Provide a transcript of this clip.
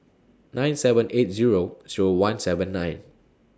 nine seven eight Zero Zero one seven nine